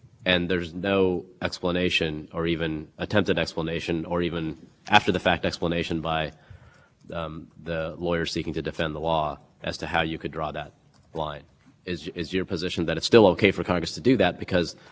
down if the provision as the court said in blunt cannot be fairly said to advance any genuinely substantial government interest and i don't think we're at that point i mean we probably wouldn't all be here right if the individual contractors here if